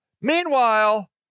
Meanwhile